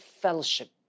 fellowship